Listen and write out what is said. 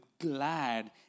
glad